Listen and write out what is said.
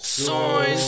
soy